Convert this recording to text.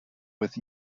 with